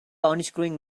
unscrewing